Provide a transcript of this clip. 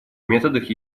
методах